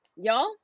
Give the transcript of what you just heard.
y'all